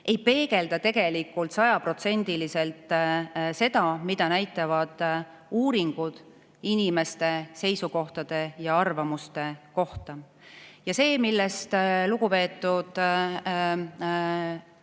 ei peegelda tegelikult sajaprotsendiliselt seda, mida näitavad uuringud inimeste seisukohtade ja arvamuste kohta. Ja see, millest lugupeetud